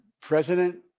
President